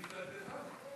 ממפלגתך.